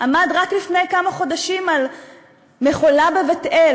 בה עמד רק לפני כמה חודשים על מכולה בבית-אל